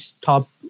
top